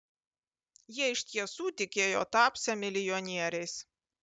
jie iš tiesų tikėjo tapsią milijonieriais